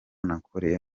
nakoreye